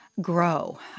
grow